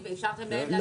אפשרתם להם להגיב.